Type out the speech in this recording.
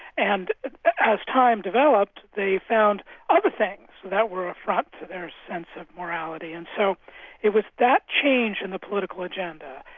and as time developed, they found other things that were an affront to their sense of morality. and so it was that change in the political agenda,